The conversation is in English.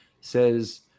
says